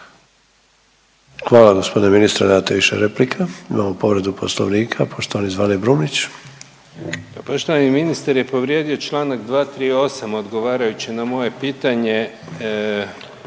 Hvala gospodine ministre, nemate više replika. Imamo povredu Poslovnika, poštovani Zvane Brumnić. **Brumnić, Zvane (Nezavisni)** Poštovani ministar je povrijedio Članak 238. odgovarajući na moje pitanje,